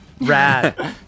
Rad